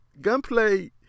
Gunplay